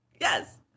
Yes